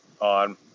on